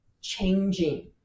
changing